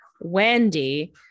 Wendy